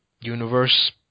universe